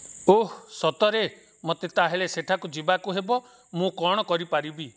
ଓଃ ସତରେ ମୋତେ ତା'ହେଲେ ସେଠାକୁ ଯିବାକୁ ହେବ ମୁଁ କ'ଣ କରିପାରିବି